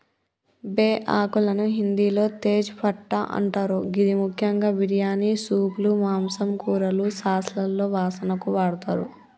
బేఆకులను హిందిలో తేజ్ పట్టా అంటరు గిది ముఖ్యంగా బిర్యానీ, సూప్లు, మాంసం, కూరలు, సాస్లలో వాసనకు వాడతరు